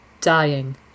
dying